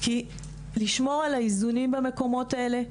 לשמור על האיזונים במקומות האלה.